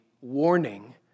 warning